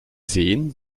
sehen